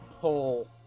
pull